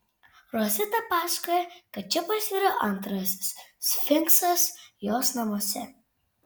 rosita pasakoja kad čipas yra antrasis sfinksas jos namuose